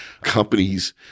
companies